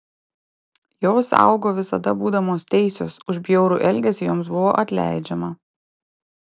jos augo visada būdamos teisios už bjaurų elgesį joms buvo atleidžiama